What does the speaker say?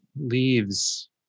leaves